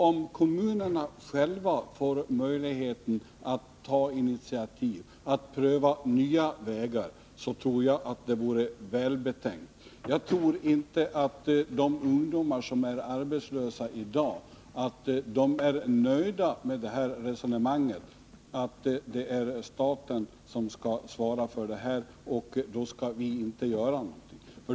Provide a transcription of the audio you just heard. Om kommunerna själva får möjlighet att ta initiativ och pröva nya vägar, tror jag att det vore välbetänkt. Jag tror inte att de ungdomar som är arbetslösa i dag är nöjda med resonemanget att det är staten som skall svara för detta och att kommunerna inte skall göra någonting.